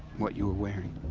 what you were wearing.